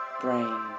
brain